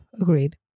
agreed